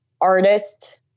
artist